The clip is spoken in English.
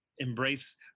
embrace